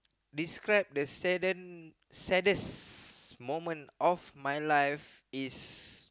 describe the sadden saddest moment of my life is